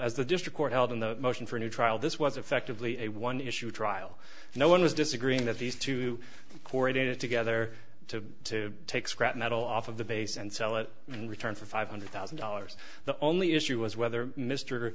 as the district court held in the motion for a new trial this was effectively a one issue trial no one was disagreeing that these two correlated together to take scrap metal off of the base and sell it in return for five hundred thousand dollars the only issue was whether mister